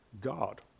God